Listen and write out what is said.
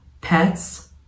pets